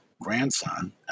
grandson